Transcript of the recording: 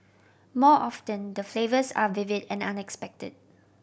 more often the flavours are vivid and unexpected